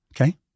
Okay